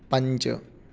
पञ्च